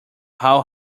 how